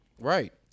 Right